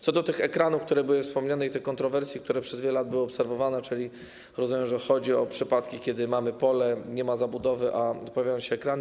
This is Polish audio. Co do ekranów, które były wspomniane, i tych kontrowersji, które przez wiele lat były obserwowane, rozumiem, że chodzi o przypadki, kiedy mamy pole, nie ma zabudowy, a pojawiają się ekrany.